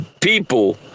people